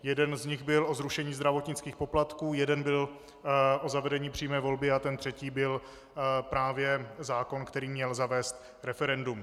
Jeden z nich byl o zrušení zdravotnických poplatků, jeden byl o zavedení přímé volby a ten třetí byl právě zákon, který měl zavést referendum.